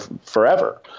forever